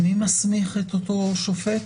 מי מסמיך את אותו שופט?